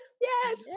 yes